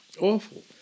Awful